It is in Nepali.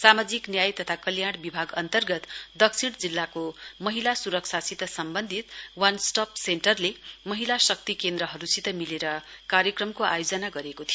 सामाजिक न्याय तथा कल्याण विभाग अन्तर्गत दक्षिण जिल्लाको महिला सुरक्षासित सम्वन्धित वान स्टप सेन्टरले महिला शक्ति केन्द्रसित मिलेर कार्यक्रमको आयोजना गरेको थियो